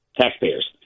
taxpayers